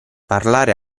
parlare